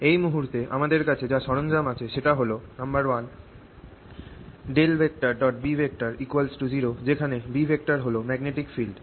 এই মুহূর্তে আমাদের কাছে যা সরঞ্জাম আছে সেটা হল - B0 যেখানে B হল ম্যাগনেটিক ফিল্ড